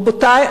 רבותי,